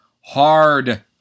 Hard